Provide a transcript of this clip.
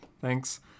Thanks